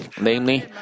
namely